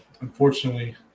unfortunately